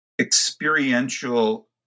experiential